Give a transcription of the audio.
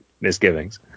misgivings